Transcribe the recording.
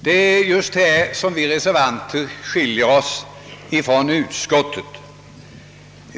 Det är härvidlag som vi reservanter skiljer oss ifrån utskottsmajoriteten.